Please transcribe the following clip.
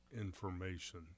information